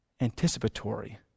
anticipatory